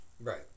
Right